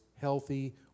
healthy